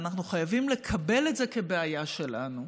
ואנחנו חייבים לקבל את זה כבעיה שלנו.